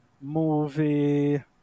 movie